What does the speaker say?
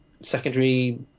secondary